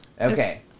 Okay